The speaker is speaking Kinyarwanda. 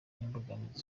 n’imbogamizi